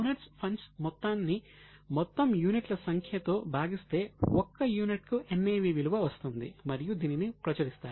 owners funds మొత్తాన్ని మొత్తం యూనిట్ల సంఖ్య తో భాగిస్తే ఒక్క యూనిట్ కు NAV విలువ వస్తుంది మరియు దీనిని ప్రచురిస్తారు